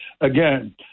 again